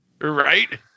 Right